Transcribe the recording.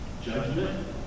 judgment